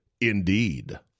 Indeed